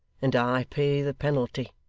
and i pay the penalty